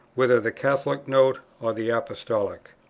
whether the catholic note or the apostolic?